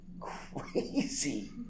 crazy